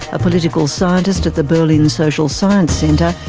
a political scientist at the berlin social science centre,